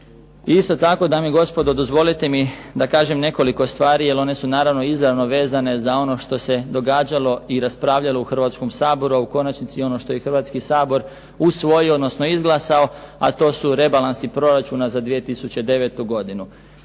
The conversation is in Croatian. Isto tako dame i gospodo dozvolite mi da kažem nekoliko stvari jer one su naravno izravno vezane za ono što se događalo i raspravljalo u hrvatskom Saboru, a u konačnici i ono što je hrvatski Sabor usvojio, odnosno izglasao, a to su rebalansi proračuna za 2009. godinu.